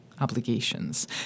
obligations